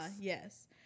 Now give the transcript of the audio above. Yes